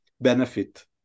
benefit